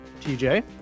TJ